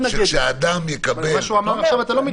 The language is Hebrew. טכנית שאדם יקבל -- תומר, אתה לא מתנגד?